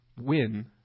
win